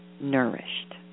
nourished